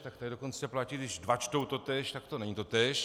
Tak tady dokonce platí, že když dva čtou totéž, tak to není totéž.